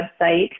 website